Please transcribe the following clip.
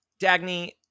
Dagny